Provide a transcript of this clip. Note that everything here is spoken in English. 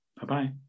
Bye-bye